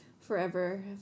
forever